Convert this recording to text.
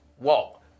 Walk